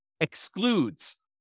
excludes